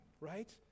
right